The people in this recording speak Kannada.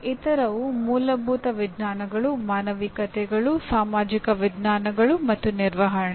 ಇತರವು ಮೂಲಭೂತ ವಿಜ್ಞಾನಗಳು ಮಾನವಿಕತೆಗಳು ಸಾಮಾಜಿಕ ವಿಜ್ಞಾನಗಳು ಮತ್ತು ನಿರ್ವಹಣೆ